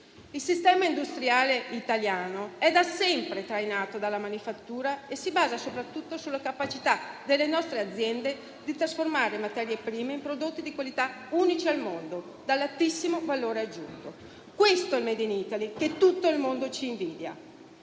Il sistema industriale italiano è da sempre trainato dalla manifattura e si basa soprattutto sulla capacità delle nostre aziende di trasformare materie prime in prodotti di qualità unici al mondo, dall'altissimo valore aggiunto. Questo è il *made in Italy* che tutto il mondo ci invidia.